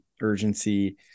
urgency